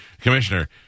Commissioner